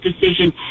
decision